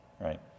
right